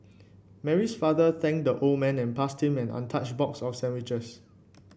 Mary's father thanked the old man and passed him an untouched box of sandwiches